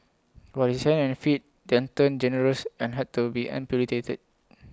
but his hands and feet then turned gangrenous and had to be amputated